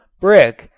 brick,